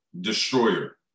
destroyer